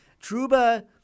Truba